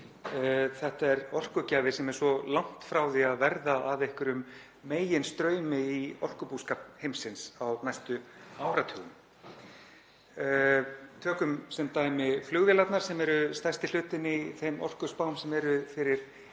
Þetta er orkugjafi sem er svo langt frá því að verða að einhverjum meginstraumi í orkubúskap heimsins á næstu áratugum. Tökum sem dæmi flugvélarnar sem eru stærsti hlutinn í þeim orkuspám sem eru fyrir